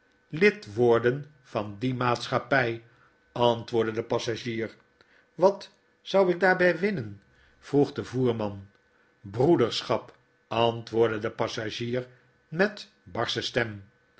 lid worden van die maatschappij antwoordde de passagier wat zou ik claarby winnen vroeg de voerman broederschap antwoordde de passagier met barsche stem